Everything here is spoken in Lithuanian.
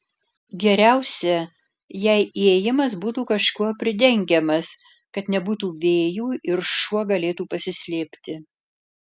geriausia jei įėjimas būtų kažkuo pridengiamas kad nebūtų vėjų ir šuo galėtų pasislėpti